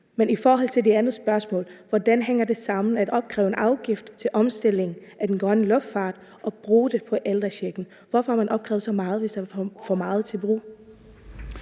Men i forhold til det andet spørgsmål vil jeg spørge: Hvordan hænger det sammen at opkræve en afgift til grøn omstilling af luftfarten og bruge den på ældrechecken? Hvorfor har man opkrævet så meget, hvis der er for meget til at